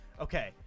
Okay